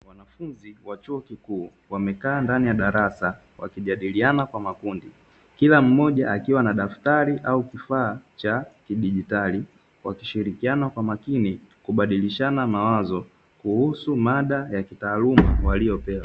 Wanafunzi wa chuo kikuu wamekaa ndani ya darasa wakijadiliana kwa makundi, kila mmoja akiwa na daftari au kifaa cha kidigitali wakishirikiana kwa makini kubadilishana mawazo kuhusu mada ya kitaaluma waliopewa.